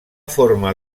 forma